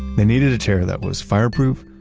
they needed a chair that was fireproof,